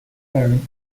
parent